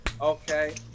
okay